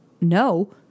No